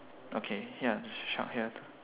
okay ya is a shark here